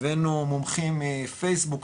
הבאנו מומחים מפייסבוק,